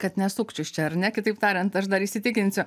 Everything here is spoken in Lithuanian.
kad ne sukčius čia ar ne kitaip tariant aš dar įsitikinsiu